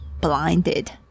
blinded